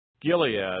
Gilead